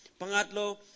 Pangatlo